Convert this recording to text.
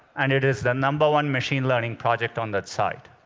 and it is the number one machine learning project on that site.